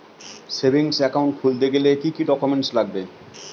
Savings account খুলতে গেলে কি কি ডকুমেন্টস লাগবে?